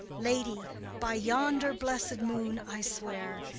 lady, by yonder blessed moon i swear,